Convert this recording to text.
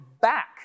back